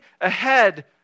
ahead